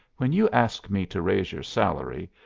when you asked me to raise your salary,